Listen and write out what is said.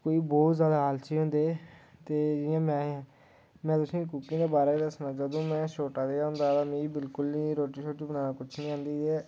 कोई बहोत जादा आलसी होंदे ते जि'यां में आं में तुसें गी कुकिंग दे बारे ई दस्सना जदूं में छोटा जेहा होंदा हा मिगी बिलकुल बी रुट्टी शुट्टी बनाना कुछ बी निं आंदी ही